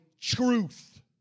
truth